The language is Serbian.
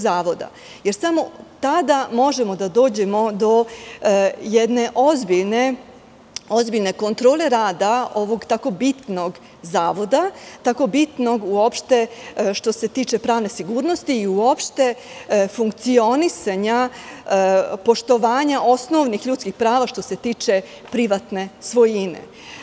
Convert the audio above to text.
Samo tada možemo da dođemo do jedne ozbiljne kontrole rada ovog tako bitnog zavoda, tako bitnog uopšte što se tiče pravne sigurnosti i uopšte funkcionisanja, poštovanja osnovnih ljudskih prava, što se tiče privatne svojine.